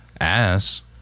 ass